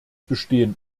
bestehen